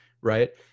Right